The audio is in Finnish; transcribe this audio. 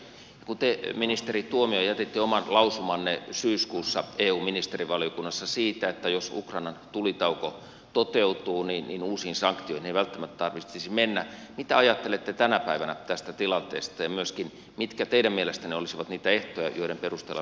kun te ministeri tuomioja jätitte oman lausumanne syyskuussa eu ministerivaliokunnassa siitä että jos ukrainan tulitauko toteutuu niin uusiin sanktioihin ei välttämättä tarvitsisi mennä mitä ajattelette tänä päivänä tästä tilanteesta ja mitkä teidän mielestänne olisivat niitä ehtoja joiden perusteella sanktiot voidaan purkaa